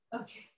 Okay